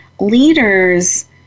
leaders